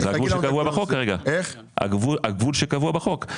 זה הגבול שקבוע בחוק,